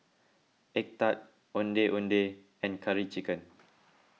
Egg Tart Ondeh Ondeh and Curry Chicken